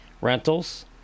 rentals